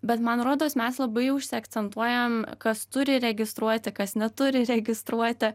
bet man rodos mes labai užsiakcentuojam kas turi registruoti kas neturi registruoti